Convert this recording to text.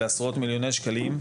לעשרות מיליוני שקלים.